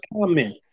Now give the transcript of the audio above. comment